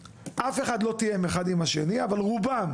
אף אחד לא תיאם אחד עם השני אבל רובם